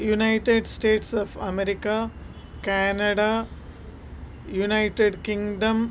United States of America Canada United kingdom